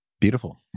Beautiful